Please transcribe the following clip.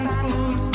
food